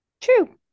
True